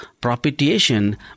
propitiation